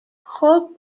خوب